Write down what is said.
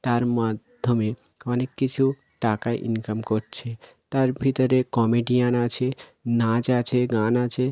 তার মাধ্যমে অনেক কিছু টাকা ইনকাম করছে তার ভিতরে কমেডিয়ান আছে নাচ আছে গান আছে